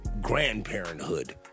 grandparenthood